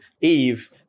Eve